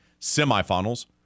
semifinals